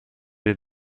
den